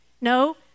No